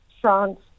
France